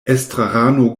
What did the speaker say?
estrarano